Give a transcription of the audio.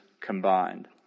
combined